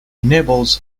nibbles